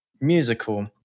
musical